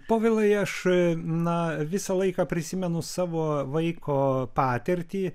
povilai aš na visą laiką prisimenu savo vaiko patirtį